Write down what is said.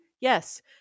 Yes